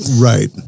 Right